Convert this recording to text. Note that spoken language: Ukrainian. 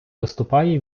виступає